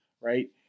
right